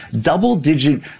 double-digit